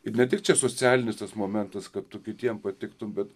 ir ne tik čia socialinis tas momentas kad tu kitiem patiktum bet